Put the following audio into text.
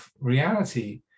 reality